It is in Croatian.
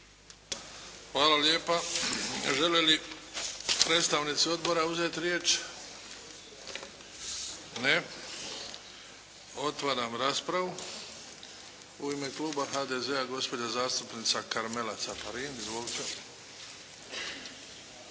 Hvala lijepa. Žele li predstavnici odbora uzeti riječ? Ne. Otvaram raspravu. U ime kluba HDZ-a gospođa zastupnica Karmela Caparin. Izvolite!